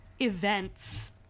events